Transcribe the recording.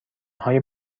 های